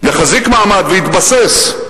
יחזיק מעמד ויתבסס.